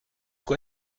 quoi